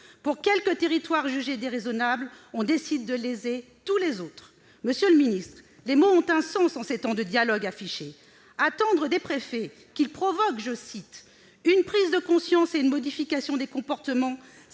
Pour quelques territoires jugés déraisonnables, on décide de léser tous les autres. Monsieur le ministre, les mots ont un sens en ces temps de dialogue affiché. Attendre des préfets qu'ils provoquent « une prise de conscience et une modification des comportements »,